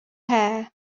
hair